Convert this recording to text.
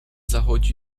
zachodzi